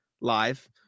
live